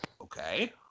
Okay